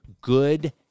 good